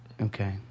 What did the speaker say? Okay